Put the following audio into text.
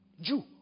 Jew